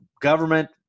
government